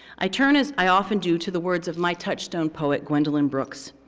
i turn, as i often do, to the words of my touchstone poet gwendolyn brooks.